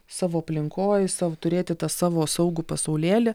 savo aplinkoj sav turėti tą savo saugų pasaulėlį